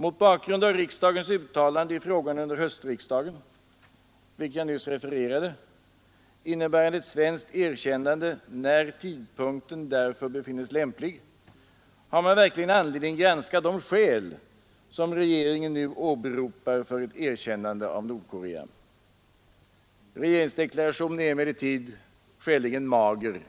Mot bakgrund av riksdagens uttalande i frågan under höstriksdagen, vilket jag nyss refererade, innebärande ett svenskt erkännande ”när tidpunkten därför befinnes lämplig” har man verkligen anledning att granska de skäl som regeringen nu åberopar för ett erkännande av Nordkorea. Regeringsdeklarationen är emellertid skäligen mager